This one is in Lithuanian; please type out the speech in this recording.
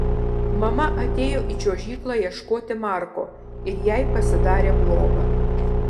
mama atėjo į čiuožyklą ieškoti marko ir jai pasidarė bloga